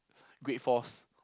great force